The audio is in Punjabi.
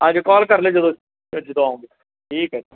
ਹਾਂਜੀ ਕਾਲ ਕਰ ਲਿਓ ਜਦੋਂ ਜਦੋਂ ਆਉਂਗੇ ਠੀਕ ਹੈ